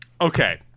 Okay